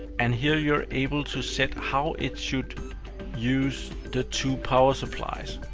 and here, you're able to set how it should use the two power supplies.